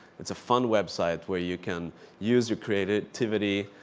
it's a fun website where you can use your creativity,